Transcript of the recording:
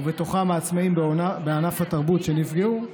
ובתוכם העצמאים בענף התרבות שנפגעו,